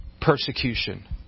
persecution